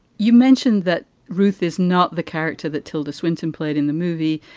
you mentioned that ruth is not the character that tilda swinton played in the movie.